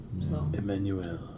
Emmanuel